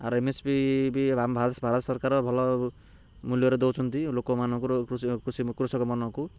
ଆର୍ M S P ବି ଆମ ଭାରତ ଭାରତ ସରକାର ଭଲ ମୂଲ୍ୟରେ ଦଉଛନ୍ତି ଲୋକମାନଙ୍କର କୃଷି କୃଷି କୃଷକମାନଙ୍କୁ